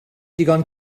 digon